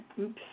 Oops